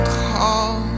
call